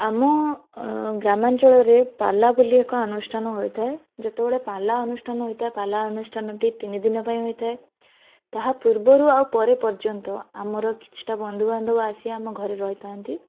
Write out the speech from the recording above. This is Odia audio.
ଆମ ଗ୍ରାମାଞ୍ଚଳରେ ପାଲ୍ଲା ବୋଲି ଏକ ଅନୁଷ୍ଠାନ ହୋଇଥାଏ ଯେତେବେଳେ ପାଲ୍ଲା ଅନୁଷ୍ଠାନ ହୋଇଥାଏ ପାଲ୍ଲା ଅନୁଷ୍ଠାନଟି ତିନିଦିନ ପାଇଁ ହେଇଥାଏ ତାହା ପୂର୍ବରୁ ଆଉ ପରେ ପର୍ଯ୍ୟନ୍ତ ଆମର କିଛିଟା ବନ୍ଧୁବାନ୍ଧବ ଆସି ଆମ ଘରେ ରହିଥାନ୍ତି